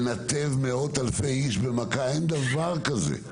לנתב מאות אלפי אנשים בבת אחת, אין דבר כזה.